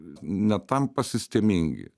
netampa sistemingi